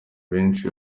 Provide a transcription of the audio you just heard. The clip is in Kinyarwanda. benshi